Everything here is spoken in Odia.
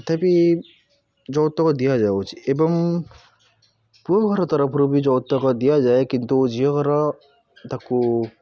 ତଥାପି ଯୌତୁକ ଦିଆଯାଉଛି ଏବଂ ପୁଅ ଘର ତରଫରୁ ବି ଯୌତୁକ ଦିଆଯାଏ କିନ୍ତୁ ଝିଅ ଘର ତାକୁ